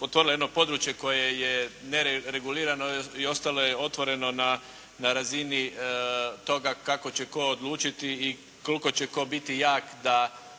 otvorila jedno područje koje je neregulirano i ostalo je otvoreno na razini toga kako će tko odlučiti i koliko će tko biti jak da